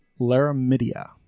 Laramidia